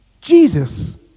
Jesus